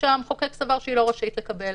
שהמחוקק סבר שהיא לא רשאית לקבל.